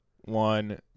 one